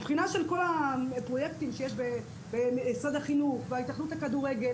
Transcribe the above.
מהבחינה של כל הפרויקטים שיש במשרד החינוך וההתאחדות לכדורגל,